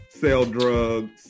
sell-drugs